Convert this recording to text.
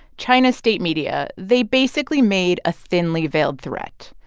china's state media, they basically made a thinly veiled threat.